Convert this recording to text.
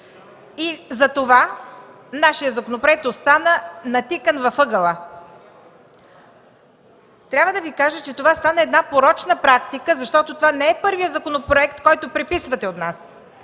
Затова нашият законопроект остана натикан в ъгъла. Трябва да Ви кажа, че това стана една порочна практика, защото това не е първият законопроект, който преписвате от нас.